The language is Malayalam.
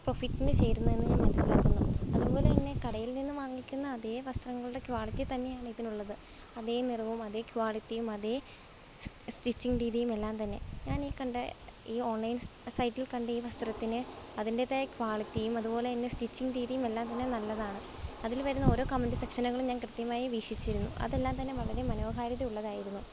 പ്രോഫിറ്റിനു ചേരുന്നതെന്ന് ഞാൻ മനസ്സിലാക്കുന്നു അതു പോലെ തന്നെ കടയിൽ നിന്ന് വാങ്ങിക്കുന്ന അതേ വസ്ത്രങ്ങളുടെ ക്വാളിറ്റി തന്നെയാണിതിനുള്ളത് അതേ നിറവും അതേ ക്വാളിറ്റിയും അതേ സ്റ്റിച്ചിങ് രീതിയുമെല്ലാം തന്നെ ഞാനീ കണ്ട ഈ ഓൺലൈൻ സൈറ്റിൽ കണ്ടീ വസ്ത്രത്തിന് അതിൻ്റേതായ ക്വാളിറ്റിയും അതു പോലെ തന്നെ സ്റ്റിച്ചിങ് രീതിയും എല്ലാം തന്നെ നല്ലതാണ് അതിൽ വരുന്ന ഓരോ കമൻറ്റ് സെക്ഷനുകളും ഞാൻ കൃത്യമായി വീക്ഷിച്ചിരുന്നു അതെല്ലാം തന്നെ വളരെ മനോഹാരിതയുള്ളതായിരുന്നു